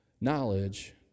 Knowledge